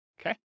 Okay